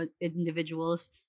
individuals